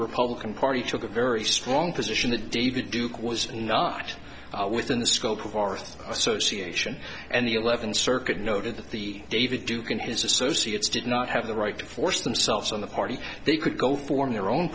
republican party took a very strong position that david duke was not within the scope of our association and the eleventh circuit noted that the david duke and his associates did not have the right to force themselves on the party they could go form their own